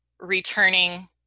returning